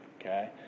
Okay